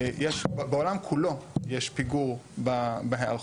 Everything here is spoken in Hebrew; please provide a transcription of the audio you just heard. בעולם כולו יש פיגור בהיערכות,